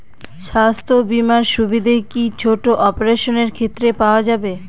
স্বাস্থ্য বীমার সুবিধে কি ছোট অপারেশনের ক্ষেত্রে পাওয়া যাবে?